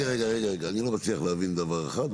אני לא מצליח להבין דבר אחד.